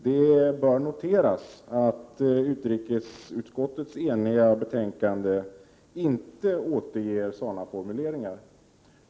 Det bör noteras att utrikesutskottets enhälliga betänkande inte återger sådana formuleringar.